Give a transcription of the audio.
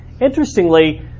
Interestingly